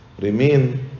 remain